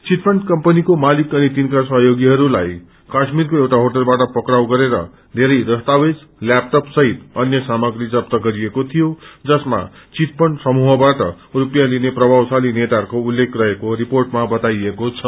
chit fund कम्पनीको मालिक अनि तिनका सहयोगीहरूलाई काश्मिरको एउटा होटलबाट पक्राउ गरेर बेरै दस्तावेज ल्यापटप सहित अन्य सामाग्री जफ्त गरिएको थियो जसमा चिटफण्ड समूहबाट रुपियाँ लिने प्रभावशाली नेताहरूको उल्लेख रहेको रिपोर्टमा बताइएको छ